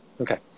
Okay